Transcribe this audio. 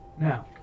Now